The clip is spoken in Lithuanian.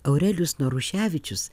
aurelijus naruševičius